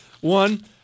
One